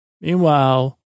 meanwhile